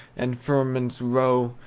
and firmaments row,